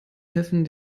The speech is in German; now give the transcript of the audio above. helfen